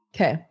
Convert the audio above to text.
Okay